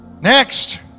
Next